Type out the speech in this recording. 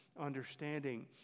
understanding